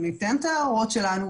אנחנו ניתן את ההערות שלנו,